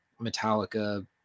Metallica